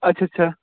ਅੱਛਾ ਅੱਛਾ